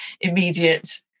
immediate